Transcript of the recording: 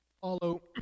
follow